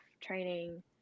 training